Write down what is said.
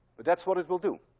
but that's what it will do.